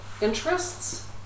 interests